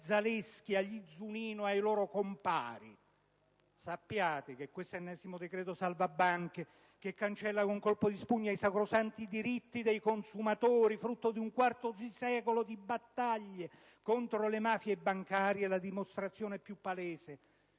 Zalesky, agli Zunino e ai loro compari. Sappiate che questo ennesimo decreto salvabanche, che cancella con un colpo di spugna i sacrosanti diritti dei consumatori, frutto di un quarto di secolo di battaglie contro le mafie bancarie, è la dimostrazione più palese